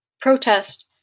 protest